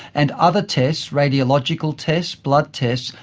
and other tests, radiological tests, blood tests,